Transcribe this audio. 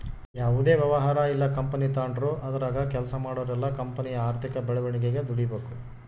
ಯಾವುದೇ ವ್ಯವಹಾರ ಇಲ್ಲ ಕಂಪನಿ ತಾಂಡ್ರು ಅದರಾಗ ಕೆಲ್ಸ ಮಾಡೋರೆಲ್ಲ ಕಂಪನಿಯ ಆರ್ಥಿಕ ಬೆಳವಣಿಗೆಗೆ ದುಡಿಬಕು